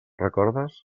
recordes